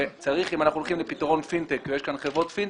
ואם אנחנו הולכים לפתרון פינטק ויש כאן חברות פינטק,